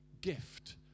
gift